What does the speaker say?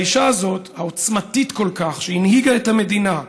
והאישה הזאת, העוצמתית כל כך, שהנהיגה את המדינה,